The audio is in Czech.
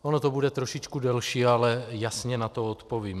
Ono to bude trošičku delší, ale jasně na to odpovím.